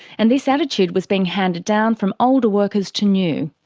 and this attitude was being handed down from older workers to new.